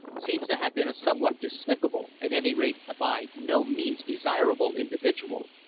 seems to have been a somewhat despicable, at any rate, a by no means desirable individual.